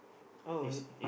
oh